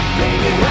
baby